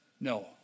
No